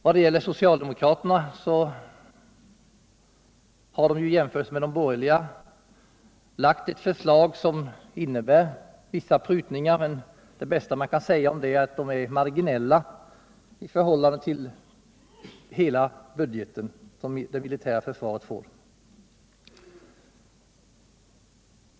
Vad gäller socialdemokraterna har de i jämförelse med de borgerliga lagt ett förslag som innebär vissa prutningar, men det bästa man kan säga om det är att det är marginella besparingar i förhållande till hela budgeten för det militära försvaret.